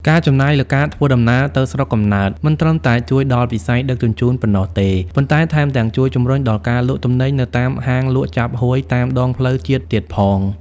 ការចំណាយលើការធ្វើដំណើរទៅស្រុកកំណើតមិនត្រឹមតែជួយដល់វិស័យដឹកជញ្ជូនប៉ុណ្ណោះទេ ប៉ុន្តែថែមទាំងជួយជំរុញដល់ការលក់ទំនិញនៅតាមហាងលក់ចាប់ហួយតាមដងផ្លូវជាតិទៀតផង។